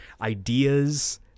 ideas